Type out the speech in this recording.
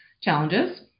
challenges